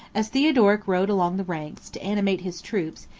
as theodoric rode along the ranks, to animate his troops,